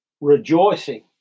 rejoicing